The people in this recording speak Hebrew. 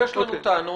יש לנו טענות,